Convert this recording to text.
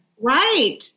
Right